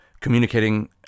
communicating